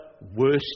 worst